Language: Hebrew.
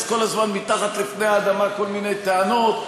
כל הזמן מתחת לפני האדמה כל מיני טענות.